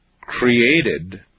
created